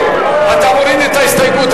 בתי-כנסת,